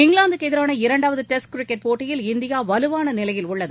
இங்கிலாந்துக்குஎதிரான இரண்டாவதுடெஸ்ட் கிரிக்கெட் போட்டியில் இந்தியாவலுவானநிலையில் உள்ளது